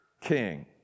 king